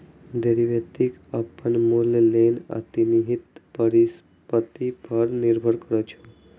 derivative अपन मूल्य लेल अंतर्निहित परिसंपत्ति पर निर्भर करै छै